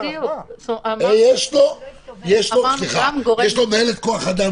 יש לאותו גורם מנהלת כוח אדם,